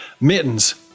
Mittens